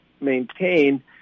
maintain